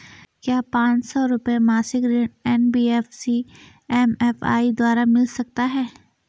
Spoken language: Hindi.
क्या पांच सौ रुपए मासिक ऋण एन.बी.एफ.सी एम.एफ.आई द्वारा मिल सकता है?